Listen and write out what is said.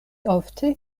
ofte